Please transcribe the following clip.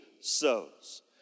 sows